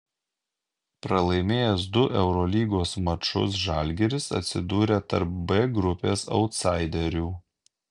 pralaimėjęs du eurolygos mačus žalgiris atsidūrė tarp b grupės autsaiderių